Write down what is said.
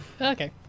okay